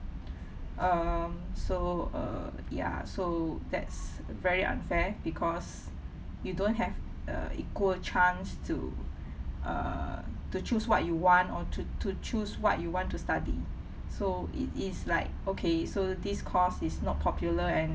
um so uh ya so that's very unfair because you don't have the equal chance to err to choose what you want or to to choose what you want to study so it is like okay so this course is not popular and